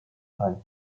time